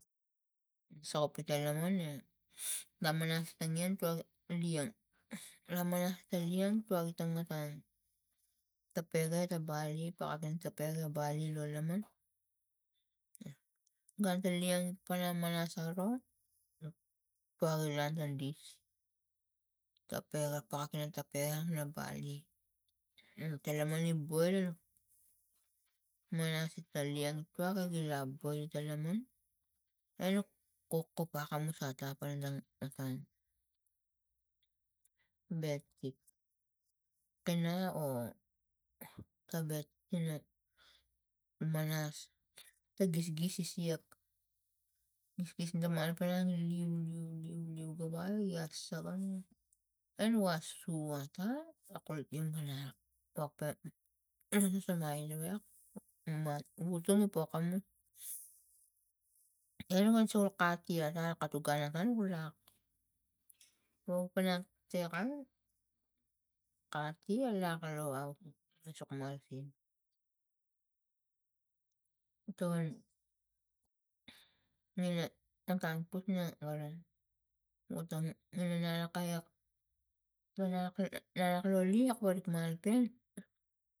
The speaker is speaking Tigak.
No soko pute lavan e namanas ta liang tuagi tangotan tapega ta bali pagapin tapega bali lo laman gun ta liang ik panamanas aro tuagilan ta dis tapega pagap ina tapega bali talamani boil muna sua ta liang tuak ila boil la laman enuk kokopakamus at a panatang otang bedsit pina o ta bedsit ina manas ta gisgis isiak gisgis pa man panang leu leu leu leu gawas igia sakang e nu a su ota akul ingana okpe nginisi na mai lawek a utal i pokamus e nuk ang si a kati ata katu gun atang ula wokpana chek a kati alak lo ausik sok marasin tongina otang put na gara otongina lak kaiak panake lalak la leu a parik malopen.